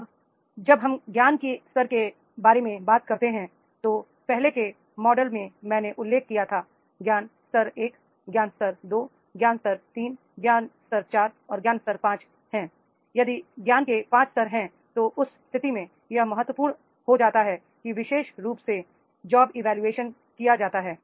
अब जब हम ज्ञान के स्तर के बारे में बात करते हैं तो पहले के मॉडल में मैंने उल्लेख किया था ज्ञान स्तर 1 ज्ञान स्तर 2 ज्ञान स्तर 3 ज्ञान स्तर 4 और ज्ञान स्तर 5 यदि ज्ञान के 5 स्तर हैं तो उस स्थिति में यह बहुत महत्वपूर्ण हो जाता है कि विशेषरूप से जॉब इवोल्यूशन किया जाता है